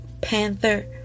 Panther